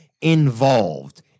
involved –